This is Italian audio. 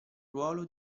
ruolo